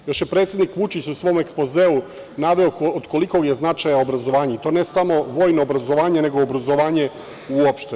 Još je predsednik Vučić u svom ekspozeu naveo od kolikog je značaja obrazovanje i to ne samo vojno obrazovanje, nego obrazovanje uopšte.